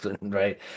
right